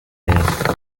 yakozwe